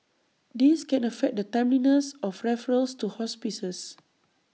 this can affect the timeliness of referrals to hospices